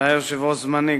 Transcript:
כשהיה יושב-ראש זמני,